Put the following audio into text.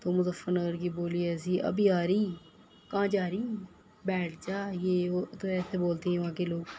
تو مظفر نگر کی بولی ایسی ابھی آ رہی کہاں جا رہی بیٹھ جا یہ وہ ایسے بولتے ہیں وہاں کے لوگ